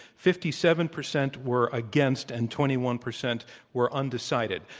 fifty seven percent were against, and twenty one percent were undecided.